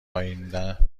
خونه